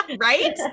right